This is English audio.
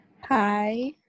Hi